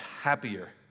happier